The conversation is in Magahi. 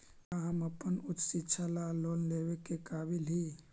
का हम अपन उच्च शिक्षा ला लोन लेवे के काबिल ही?